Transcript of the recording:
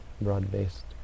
broad-based